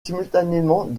simultanément